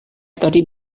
tadi